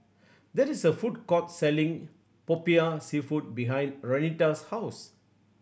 there is a food court selling Popiah Seafood behind Renita's house